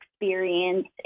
experience